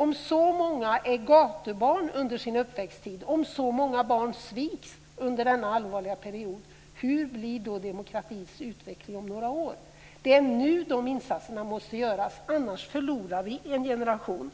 Om så många är gatubarn under sin uppväxttid och om så många barn sviks under denna viktiga period, hur blir då demokratins utveckling om några år? Det är nu insatserna måste göras, annars går en generation